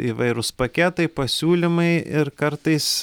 įvairūs paketai pasiūlymai ir kartais